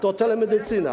To telemedycyna.